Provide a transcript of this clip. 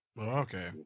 Okay